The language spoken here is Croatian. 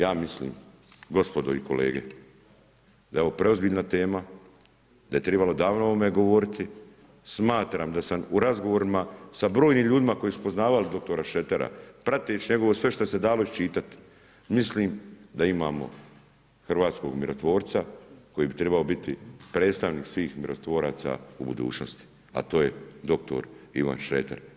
Ja mislim gospodo i kolege da je ovo preozbiljna tema, da je trebalo odavno o ovome govoriti, smatram da sam u razgovorima sa brojnim ljudima koji su poznavali dr. Šretera, prateći sve što se dalo iščitati, mislim da imamo hrvatskog mirotvorca koji bi trebao biti predstavnik svih mirotvoraca u budućnosti, a to je dr. Ivan Šreter.